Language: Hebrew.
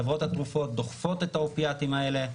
חברות התרופות דוחפות את האופיאטים האלה,